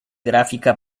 gráfica